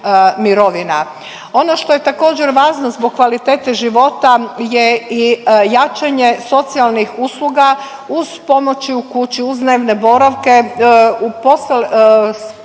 Ono što je također važno zbog kvalitete života je i jačanje socijalnih usluga uz pomoći u kući, uz dnevne boravke. Podijelili